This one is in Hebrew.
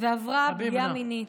ועברה פגיעה מינית,